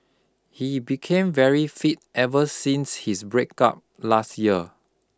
he became very fit ever since his breakup last year